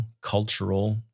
cultural